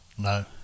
No